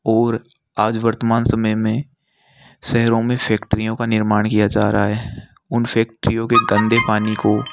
और आज वर्तमान समय में शहरों में फ़ैक्टरियों का निर्माण किया जा रहा है उन फ़ैक्टरियों के गंदे पानी को